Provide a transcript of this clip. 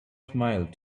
smiled